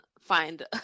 find